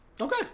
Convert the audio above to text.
okay